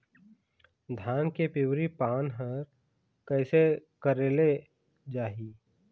धान के पिवरी पान हर कइसे करेले जाही?